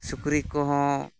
ᱥᱩᱠᱨᱤ ᱠᱚᱦᱚᱸ